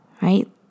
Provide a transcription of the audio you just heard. Right